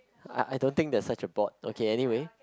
I I don't think there's such a board okay anyway